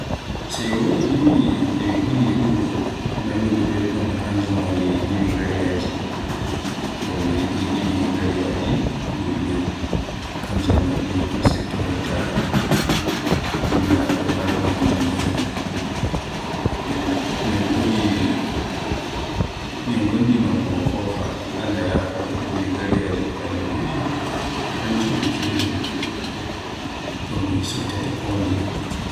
So e wodi gimi din mi ɓuri yiɗugo e nanugo belɗum kanjum woni gimi gareyaaji. Ngam e mi yiɗi gimi gareyaaji e gurmi, kanjum wadi mi siftoroyta kinnaɗo Haruna Uji kondeye, min godi no ko mo fofaa, Allah yafo. Gimi Gareyaaji e kalangu kanjum ke ko mi chubtata kondeye.